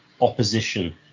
opposition